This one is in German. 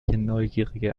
neugierige